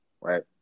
right